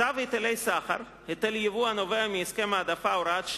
צו היטלי סחר (היטל יבוא הנובע מהסכם העדפה) (הוראת שעה),